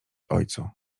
ojcu